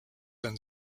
and